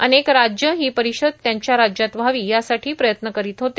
अनेक राज्य ही परिषद त्यांच्या राज्यात व्हावी यासाठी प्रयत्न करित होते